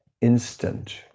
instant